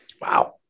Wow